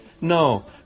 no